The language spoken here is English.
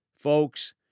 folks